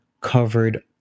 covered